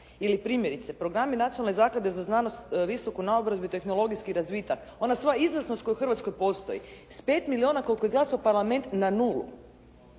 Ili primjerice programi nacionalne zaklade za znanost, visoku naobrazbu i tehnologijski razvitak. Ona sva izvrsnost koja u Hrvatskoj postoji s 5 milijuna koliko je izglasao Parlament na nulu.